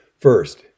First